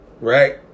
right